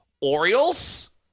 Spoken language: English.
Orioles